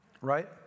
right